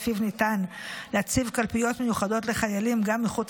שלפיו ניתן להציב קלפיות מיוחדות לחיילים גם מחוץ